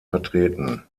vertreten